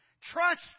Trust